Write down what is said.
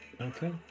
Okay